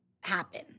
happen